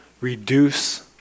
Reduce